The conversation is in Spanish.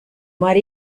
mar